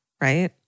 right